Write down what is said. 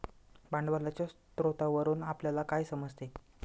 भांडवलाच्या स्रोतावरून आपल्याला काय समजते?